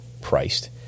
priced